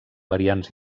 variants